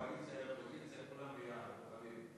ההצעה להעביר את הנושא לוועדת החינוך,